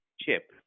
chip